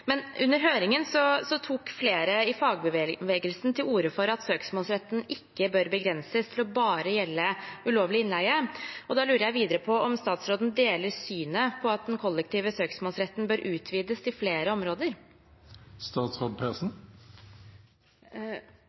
Under høringen tok flere i fagbevegelsen til orde for at søksmålsretten ikke bør begrenses til bare å gjelde ulovlig innleie. Da lurer jeg videre på om statsråden deler synet på at den kollektive søksmålsretten bør utvides til flere